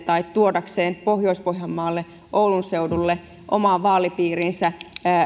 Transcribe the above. tai tuodakseen pohjois pohjanmaalle oulun seudulle omaan vaalipiiriinsä